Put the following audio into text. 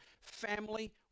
family